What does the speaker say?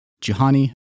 Juhani